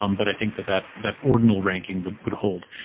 um but i think that that that ordinal ranking would would hold.